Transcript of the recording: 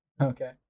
okay